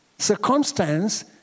Circumstance